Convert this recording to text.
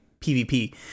PvP